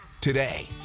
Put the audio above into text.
today